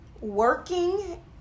working